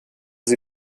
sie